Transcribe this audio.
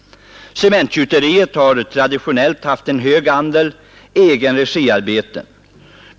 Cementgjuteriet har traditionellt haft en hög andel egen regi-arbeten.